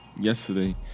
yesterday